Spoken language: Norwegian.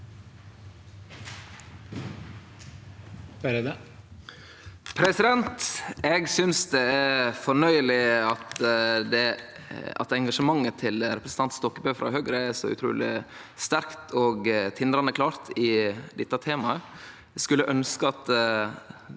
Eg synest det er fornøyeleg at engasjementet til representanten Stokkebø frå Høgre er så utruleg sterkt og tindrande klart i dette temaet.